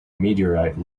meteorite